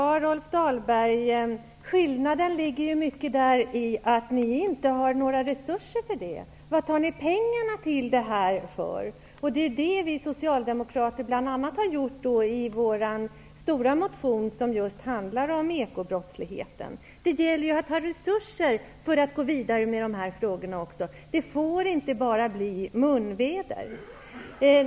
Fru talman! Skillnaden ligger i att ni inte har de resurser som fordras. Vad tänker ni ta pengarna ifrån? I vår stora motion som handlar om ekobrottslighet har vi socialdemokrater föreslagit att det skall avsättas medel. Det gäller ju också att ha resurser för att man skall kunna gå vidare med dessa frågor. Det får inte bara bli munväder.